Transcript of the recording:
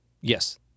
Yes